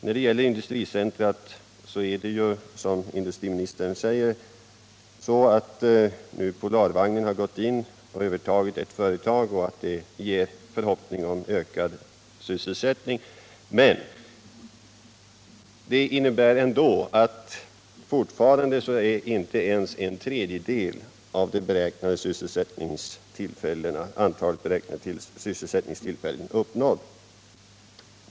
När det gäller industricentret har nu, som industriministern säger, Polarvagnen gått in och övertagit ett företag, och detta ger förhoppningar om ökad sysselsättning. Men fortfarande har inte ens en tredjedel av antalet beräknade sysselsättningstillfällen uppnåtts.